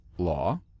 Law